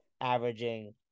averaging